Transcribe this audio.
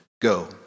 go